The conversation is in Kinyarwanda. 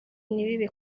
ntibibe